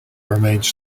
remains